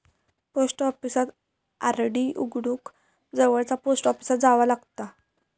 post ऑफिसात RD उघडूक जवळचा पोस्ट ऑफिसात जावा लागता